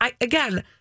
Again